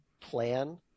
plan